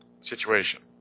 situation